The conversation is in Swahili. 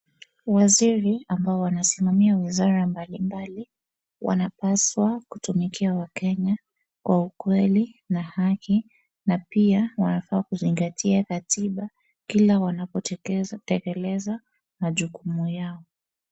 Waziri ambao wanasimamia wizara mbalimbali wanapaswa kuwatumikia Wakenya kwa ukweli na haki na pia wanafaa kuzingatia katiba kila wanapotekeleza majukumu yao.